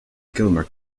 gilmer